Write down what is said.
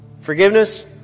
Forgiveness